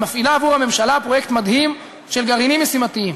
מפעילה עבור הממשלה פרויקט מדהים של גרעינים משימתיים,